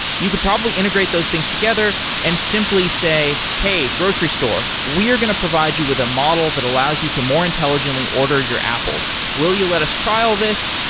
you could probably integrate those things together and simply simply say, hey, grocery store, we're going to provide you with a model that allows you to more intelligently order your apples. will you let us trial this?